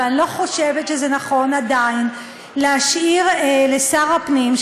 ואני לא חושבת שה נכון עדיין להשאיר לשר הפנים,